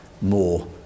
more